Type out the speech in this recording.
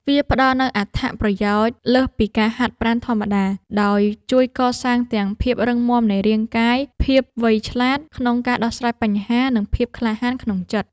វាផ្តល់នូវអត្ថប្រយោជន៍លើសពីការហាត់ប្រាណធម្មតា ដោយជួយកសាងទាំងភាពរឹងមាំនៃរាងកាយ ភាពវៃឆ្លាតក្នុងការដោះស្រាយបញ្ហា និងភាពក្លាហានក្នុងចិត្ត។